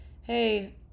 hey